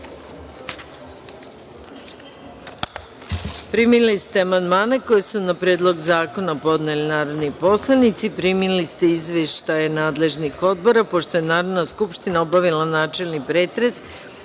Srbije. Primili ste amandmane koje su na Predlog zakona podneli narodni poslanici. Primili ste izveštaje nadležnih odbora. Pošto je Narodna skupština obavila načelni pretres,